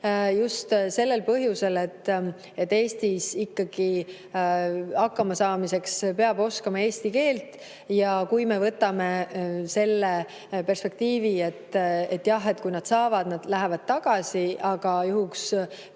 Just sellel põhjusel, et Eestis hakkamasaamiseks peab ikkagi oskama eesti keelt. Kui me võtame selle perspektiivi, et jah, kui nad saavad, nad lähevad tagasi, aga juhuks, kui